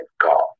God